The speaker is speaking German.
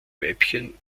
weibchen